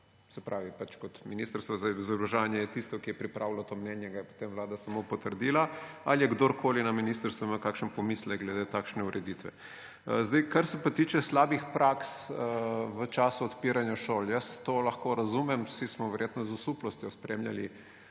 Se pravi, Ministrstvo za izobraževanje je tisto, ki je pripravilo to mnenje, ga je potem Vlada samo potrdila ali je kdorkoli na ministrstvu imel kakšen pomislek glede takšne ureditve. Kar se pa tiče slabih praks v času odpiranja šol. Jaz to lahko razumem, vsi smo verjetno z osuplostjo spremljali